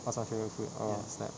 what's my favourite food oh snap